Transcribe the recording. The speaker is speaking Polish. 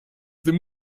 tym